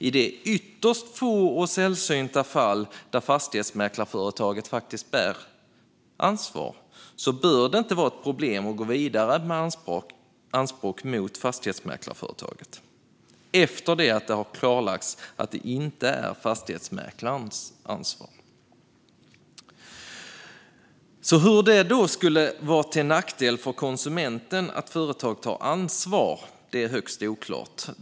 I de ytterst få och sällsynta fall där fastighetsmäklarföretaget faktiskt bär ansvaret bör det inte vara ett problem att gå vidare med anspråk mot fastighetsmäklarföretaget efter att det har klarlagts att det inte är fastighetsmäklarens ansvar. Hur det faktum att företag tar ansvar skulle vara till nackdel för konsumenten är högst oklart.